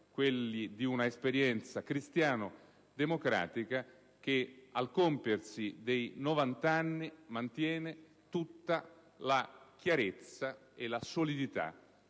quelli di un'esperienza cristiano-democratica che al compiersi dei novant'anni mantiene tutta la chiarezza e la solidità